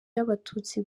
y’abatutsi